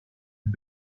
die